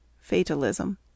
Fatalism